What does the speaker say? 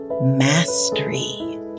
mastery